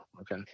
Okay